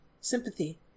Sympathy